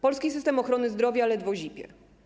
Polski system ochrony zdrowia ledwo zipie.